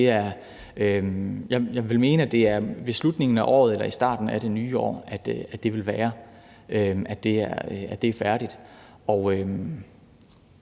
Så jeg vil mene, at det er i slutningen af året eller i starten af det nye år, at det er færdigt. Vi